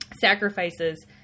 sacrifices